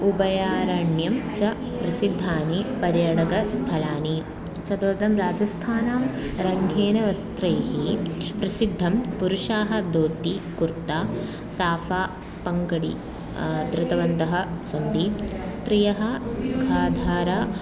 अभयारण्यं च प्रसिद्धानि पर्यटकस्थलानि चतुर्थं राजस्थानं रङ्गवस्त्रैः प्रसिद्धं पुरुषाः धोती कुर्ता साफ़ा पङ्कडि धृतवन्तः सन्ति स्त्रियः खाधार